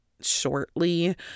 shortly